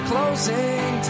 Closing